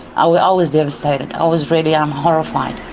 i was ah was devastated, i was really um horrified.